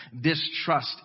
distrust